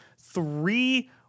three